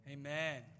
Amen